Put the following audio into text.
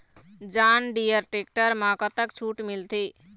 John Deere tractor म कतक छूट मिलथे?